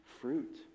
fruit